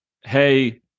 Hey